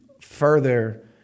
further